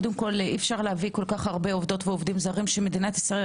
אי אפשר להביא כל כך הרבה עובדות ועובדים זרים כשמדינת ישראל